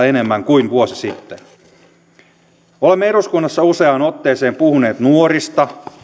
enemmän kuin vuosi sitten olemme eduskunnassa useaan otteeseen puhuneet nuorista